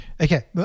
Okay